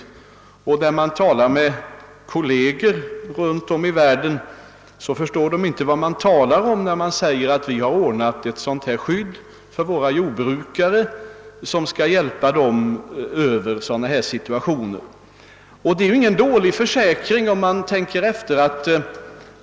Ens kolleger runt om i världen förstår inte vad man talar om, när man säger att vi har skapat ett skydd för våra jordbrukare som skall hjälpa dem över situationer av det här slaget. Det är ingen dålig försäkring, om man tänker efter.